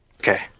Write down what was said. Okay